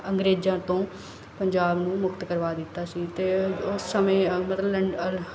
ਅੰਗਰੇਜ਼ਾਂ ਤੋਂ ਪੰਜਾਬ ਨੂੰ ਮੁਕਤ ਕਰਵਾ ਦਿੱਤਾ ਸੀ ਅਤੇ ਉਸ ਸਮੇਂ ਅ ਮਤਲਬ ਲੰ ਅਰ